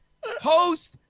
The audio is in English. host